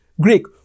Greek